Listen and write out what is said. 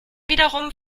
wiederum